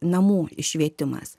namų švietimas